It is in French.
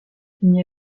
n’y